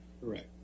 Correct